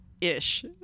Ish